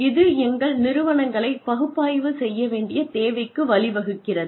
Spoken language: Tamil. இது எங்கள் நிறுவனங்களை பகுப்பாய்வு செய்ய வேண்டிய தேவைக்கு வழிவகுக்கிறது